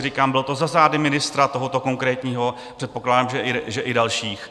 Říkám, bylo to za zády ministra, tohoto konkrétního, předpokládám, že i dalších.